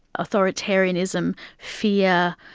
authoritarianism, fear,